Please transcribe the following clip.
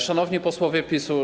Szanowni Posłowie PiS-u!